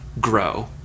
grow